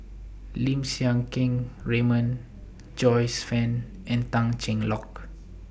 Lim Siang Keat Raymond Joyce fan and Tan Cheng Lock